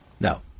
no